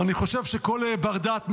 אני חושב שכל בר דעת מבין,